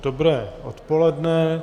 Dobré odpoledne.